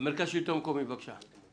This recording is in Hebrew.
מרכז השלטון המקומי, בבקשה.